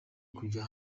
kujya